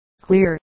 clear